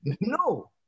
No